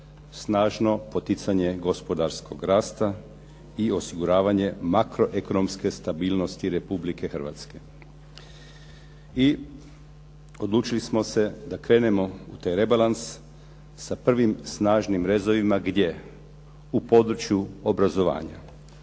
snažno poticanje gospodarskog rasta i osiguravanje makroekonomske stabilnosti Republike Hrvatske. I odlučili smo se da krenemo u taj rebalans sa prvim snažnim rezovima. Gdje? U području obrazovanja.